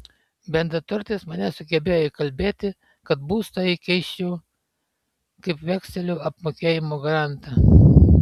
bendraturtis mane sugebėjo įkalbėti kad būstą įkeisčiau kaip vekselių apmokėjimo garantą